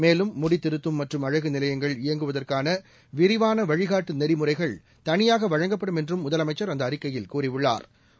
மேலும் முடித்திருத்தம் மற்றும் அழகு நிலையங்கள் இயங்குவதற்கான விரிவான வழிகாட்டு நெறிமுறைகள் தனியாக வழங்கப்படும் என்றும் முதலமைச்சா் அந்த அறிக்கையில் கூறியுள்ளாா்